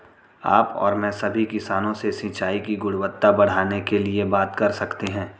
आप और मैं सभी किसानों से सिंचाई की गुणवत्ता बढ़ाने के लिए बात कर सकते हैं